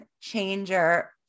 changer